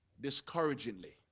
discouragingly